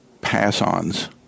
pass-ons